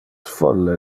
folle